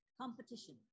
competition